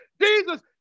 Jesus